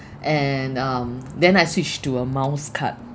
and um then I switched to a miles card